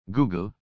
Google